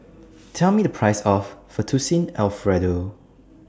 Tell Me The Price of Fettuccine Alfredo